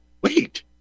wait